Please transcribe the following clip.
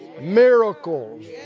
miracles